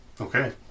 Okay